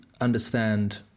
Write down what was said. understand